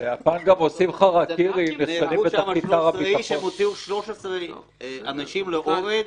ואחר כך עושים חרקירי --- הם הוציאו 13 אנשים להורג,